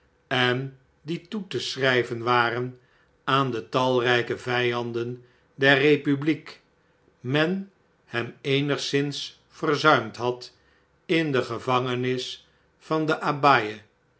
en die toe te schrjjven waren aan de talrjjke vjjanden der republiek men hem eenigszins verzuimjl had in de gevangenis van de